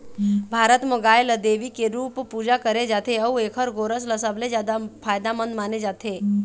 भारत म गाय ल देवी के रूप पूजा करे जाथे अउ एखर गोरस ल सबले जादा फायदामंद माने जाथे